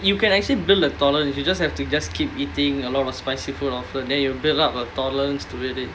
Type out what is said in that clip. you can actually build the tolerance if you just have to just keep eating a lot of spicy food often then you build up a tolerance to eat it